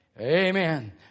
Amen